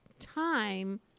time